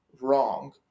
wrong